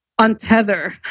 untether